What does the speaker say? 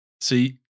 See